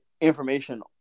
information